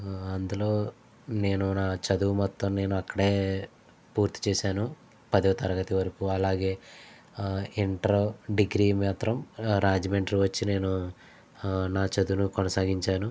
అందులో నేను నా చదువు మొత్తం నేను అక్కడే పూర్తి చేశాను పదో తరగతి వరకు అలాగే ఇంటర్ డిగ్రీ మాత్రం రాజమండ్రి వచ్చి నేను నా చదువును కొనసాగించాను